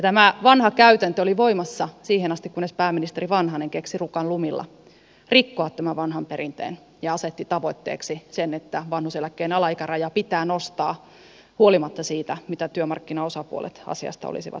tämä vanha käytäntö oli voimassa siihen asti kunnes pääministeri vanhanen keksi rukan lumilla rikkoa tämän vanhan perinteen ja asetti tavoitteeksi sen että vanhuseläkkeen alaikäraja pitää nostaa huolimatta siitä mitä työmarkkinaosapuolet asiasta olisivat mieltä